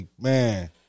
man